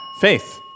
Faith